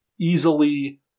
easily